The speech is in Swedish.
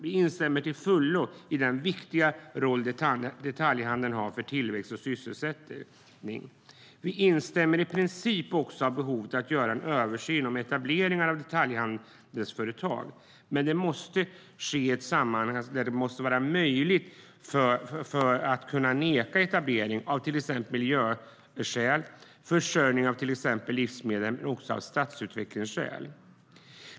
Vi instämmer till fullo i den viktiga roll detaljhandeln har för tillväxt och sysselsättning. Vi instämmer i princip också i behovet av att göra en översyn av etableringar av detaljhandelsföretag. Men det måste ske i ett sammanhang där det är möjligt att neka etablering på grund av till exempel miljöskäl och försörjning av exempelvis livsmedel men också av stadsutvecklingsskäl.